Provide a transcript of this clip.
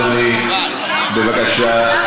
אדוני, בבקשה.